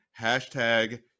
hashtag